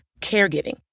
caregiving